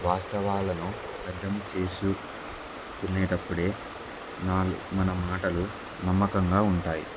వాస్తవాలను అర్థం చేసుకునేటప్పుడే నా మన మాటలు నమ్మకంగా ఉంటాయి